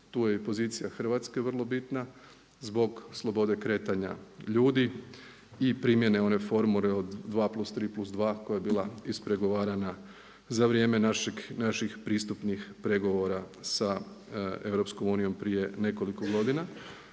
Tu je i pozicija Hrvatske vrlo bitna zbog slobode kretanja ljudi i primjene one formule od 2+3+2 koja je bila ispregovarana za vrijeme naših pristupnih pregovora sa EU prije nekoliko godina.